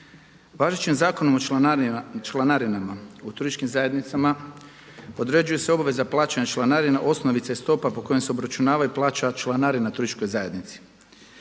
Važećim Zakonom o članarinama u turističkim zajednicama podređuju se obaveze plaćanja članarina osnovice stopa po kojima se obračunava i plaća članarina turističkoj zajednici.